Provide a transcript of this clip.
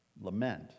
lament